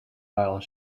aisle